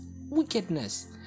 Wickedness